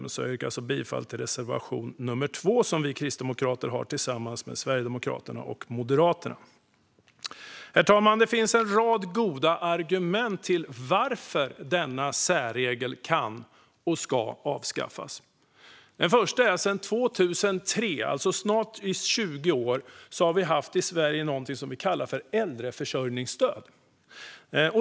Jag yrkar därför bifall till reservation nummer 2, som vi kristdemokrater har tillsammans med Sverigedemokraterna och Moderaterna. Herr talman! Det finns en rad goda argument för varför denna särregel kan och ska avskaffas. Det första är att vi i Sverige sedan 2003, alltså i snart 20 år, har haft något som vi kallar äldreförsörjningsstöd.